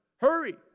hurry